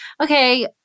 Okay